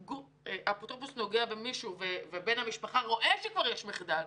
האפוטרופוס נוגע במישהו ובן המשפחה רואה שכבר יש מחדל,